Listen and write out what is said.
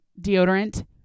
deodorant